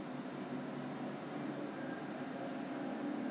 you know at the end 真的还那个五十多块的那个 freight forwarding cost